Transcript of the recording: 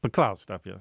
paklaust apie